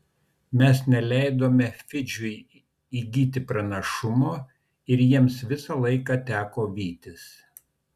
mes neleidome fidžiui įgyti pranašumo ir jiems visą laiką teko vytis